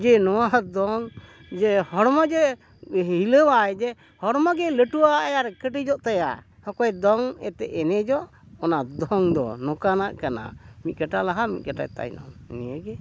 ᱡᱮ ᱱᱚᱣᱟ ᱫᱚᱝ ᱡᱮ ᱦᱚᱲᱢᱚ ᱡᱮ ᱦᱤᱞᱟᱹᱣ ᱟᱭ ᱡᱮ ᱦᱚᱲᱢᱚ ᱜᱮ ᱞᱟᱹᱴᱩᱜ ᱟᱭ ᱟᱨ ᱠᱟᱹᱴᱤᱡᱚᱜ ᱛᱟᱭᱟ ᱚᱠᱚᱭ ᱫᱚᱝ ᱮᱛᱮ ᱮᱱᱮᱡᱚᱜ ᱚᱱᱟ ᱫᱚᱝ ᱫᱚ ᱱᱚᱝᱠᱟᱱᱟᱜ ᱠᱟᱱᱟ ᱢᱤᱫ ᱠᱟᱴᱟ ᱞᱟᱦᱟ ᱢᱤᱫ ᱠᱟᱴᱟ ᱛᱟᱭᱱᱚᱢ ᱱᱤᱭᱟᱹᱜᱮ